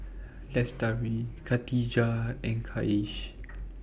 Lestari Khatijah and Kasih